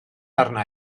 arna